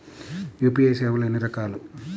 UPI సేవలు ఎన్నిరకాలు?